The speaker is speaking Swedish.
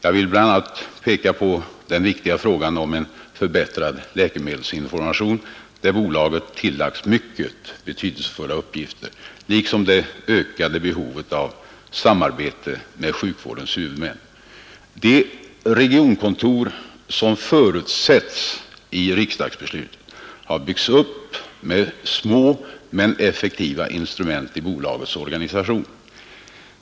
Jag vill bl.a. peka på den viktiga frågan om förbättrad läkemedelsinformation, där bolaget tillagts mycket betydelsefulla uppgifter, liksom det ökade behovet av samarbete med sjukvårdens huvudmän. De regionkontor som förutsattes i riksdagsbeslutet har byggts upp som små men effektiva instrument i bolagets organisation.